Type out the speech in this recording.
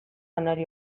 janari